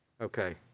Okay